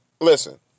Listen